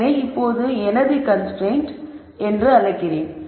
எனவே இப்போது இதை எனது கன்ஸ்ரைன்ட் என்று அழைக்கிறேன்